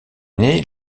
née